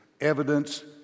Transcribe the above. evidence